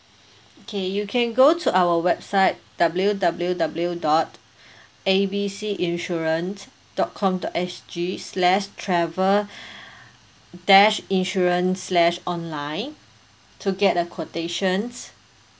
okay you can go to our website W_W_W dot A B C insurance dot com dot S_G slash travel dash insurance slash online to get the quotations